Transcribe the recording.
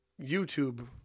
YouTube